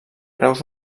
graus